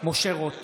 משה רוט,